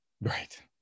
Right